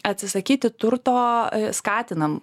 atsisakyti turto skatinam